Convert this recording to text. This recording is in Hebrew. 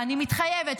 ואני מתחייבת,